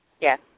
Yes